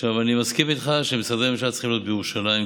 אני מסכים איתך שמשרדי הממשלה צריכים להיות בירושלים,